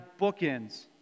bookends